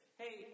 hey